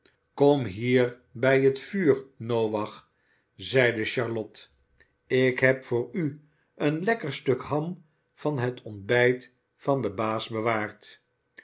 kom hier bij t vuur noach zeide charlotte ik heb voor u een lekker stuk ham van het ontbijt van den baas bewaard